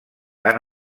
han